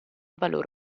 valor